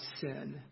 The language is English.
sin